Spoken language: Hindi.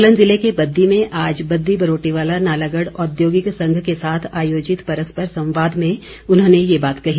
सोलन ज़िले के बद्दी में आज बद्दी बरोटीवाला नालागढ़ औद्योगिक संघ के साथ आयोजित परस्पर संवाद में उन्होंने ये बात कही